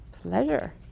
Pleasure